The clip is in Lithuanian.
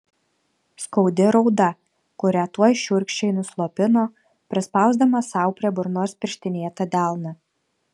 skaudi rauda kurią tuoj šiurkščiai nuslopino prispausdamas sau prie burnos pirštinėtą delną